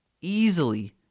easily